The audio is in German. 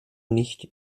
nicht